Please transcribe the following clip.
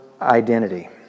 identity